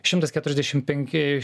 šimtas keturiasdešim penki